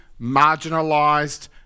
marginalised